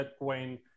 Bitcoin